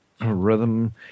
rhythm